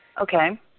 Okay